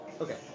Okay